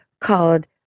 called